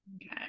Okay